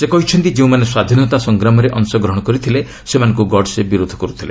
ସେ କହିଛନ୍ତି ଯେଉଁମାନେ ସ୍ୱାଧୀନତା ସଂଗ୍ରାମରେ ଅଂଶଗ୍ରହଣ କରିଥିଲେ ସେମାନଙ୍କୁ ଗଡ୍ସେ ବିରୋଧ କରୁଥିଲେ